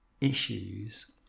issues